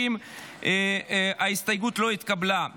50. ההסתייגות לא התקבלה.